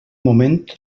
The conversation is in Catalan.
moment